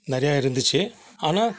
நிறையா இருந்துச்சு ஆனால்